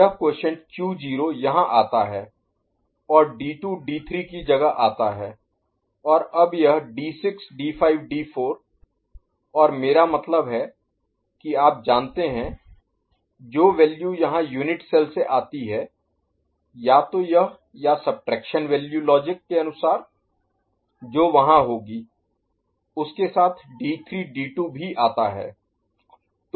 यह quotient q0 यहाँ आता है और D2 D3 की जगह आता है और अब यह D6 D5 D4 और मेरा मतलब है कि आप जानते हैं जो वैल्यू यहां यूनिट सेल से आती है या तो यह या सब्ट्रैक्शन वैल्यू लॉजिक के अनुसार जो वहां होगी उस के साथ D3 D2 भी आता है